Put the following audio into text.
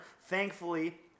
Thankfully